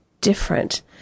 different